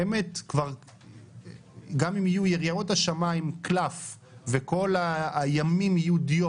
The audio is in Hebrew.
באמת גם אם יהיו יריעות השמים קלף וכל הימים יהיו דיו